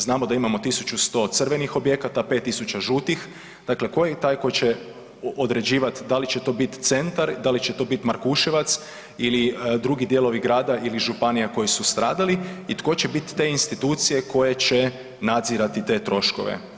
Znamo da imamo 1100 crvenih objekata, 5000 žutih, dakle tko je taj tko će određivat da li će to biti centar, da li će to biti Markuševac ili drugi dijelovi grada ili županija koji su stradali i tko će biti te institucije koje će nadzirati te troškove.